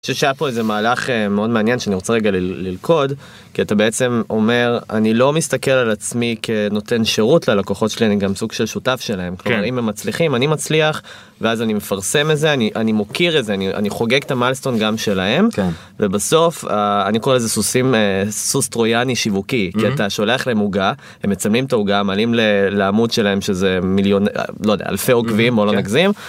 שהיה פה איזה מהלך מאוד מעניין שאני רוצה רגע ללכוד כי אתה בעצם אומר אני לא מסתכל על עצמי כנותן שירות ללקוחות שלי אני גם סוג של שותף שלהם אם הם מצליחים אני מצליח. ואז אני מפרסם את זה אני אני מוקיר את זה אני אני חוגג את המיילסטון גם שלהם ובסוף אני קורא לזה סוסים סוס טרויאני שיווקי אתה שולח להם העוגה. הם מצלמים את העוגה מעלים לעמוד שלהם שזה מיליון או לא יודע, אלפי עוקבים, לא נגזים.